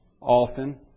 often